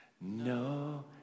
no